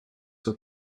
with